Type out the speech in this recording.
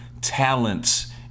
talents